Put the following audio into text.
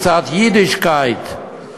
קצת יידישקייט,